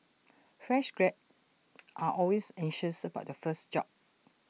fresh grey are always anxious about their first job